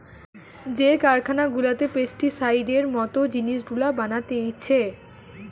যে কারখানা গুলাতে পেস্টিসাইডের মত জিনিস গুলা বানাতিছে